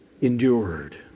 endured